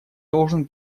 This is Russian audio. должен